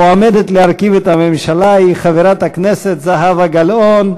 המועמדת להרכיב את הממשלה היא חברת הכנסת זהבה גלאון.